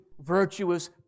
virtuous